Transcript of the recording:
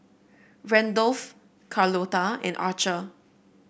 Randolph Carlotta and Archer